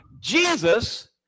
Jesus